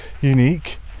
unique